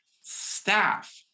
staff